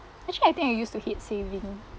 actually I think I used to hate saving